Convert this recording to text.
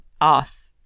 off